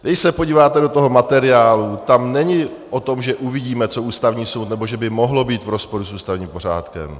Když se podíváte do toho materiálu, tam není o tom, že uvidíme, co Ústavní soud, nebo že by mohlo být v rozporu s ústavním pořádkem.